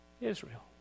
Israel